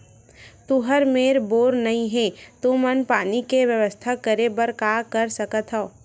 तुहर मेर बोर नइ हे तुमन पानी के बेवस्था करेबर का कर सकथव?